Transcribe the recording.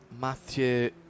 Matthew